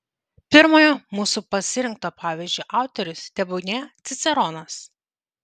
pirmojo mūsų pasirinkto pavyzdžio autorius tebūnie ciceronas